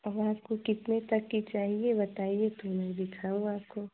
अब आपको कितने तक की चाहिए बताइए तो मैं दिखाऊँ आपको